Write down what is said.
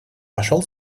пошел